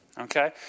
okay